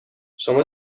شما